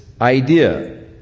idea